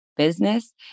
Business